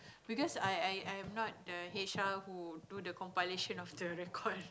because I I I I'm not the h_r who do the compilation of the record